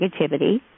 negativity